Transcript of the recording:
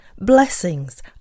blessings